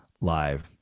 live